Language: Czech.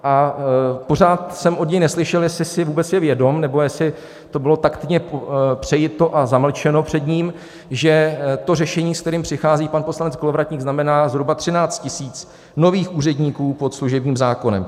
A pořád jsem od něj neslyšel, jestli si je vůbec vědom, nebo jestli to bylo taktně přijato a zamlčeno před ním, že to řešení, s kterým přichází pan poslanec Kolovratník, znamená zhruba 13 tisíc nových úředníků pod služebním zákonem.